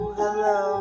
hello